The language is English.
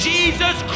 Jesus